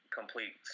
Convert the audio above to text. complete